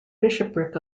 bishopric